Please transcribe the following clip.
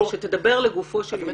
דבר לגופו של עניין.